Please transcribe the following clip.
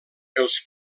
els